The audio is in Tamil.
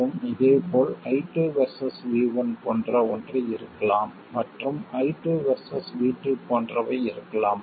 மற்றும் இதேபோல் I2 வெர்சஸ் V1 போன்ற ஒன்று இருக்கலாம் மற்றும் I2 வெர்சஸ் V2 போன்றவை இருக்கலாம்